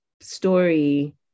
story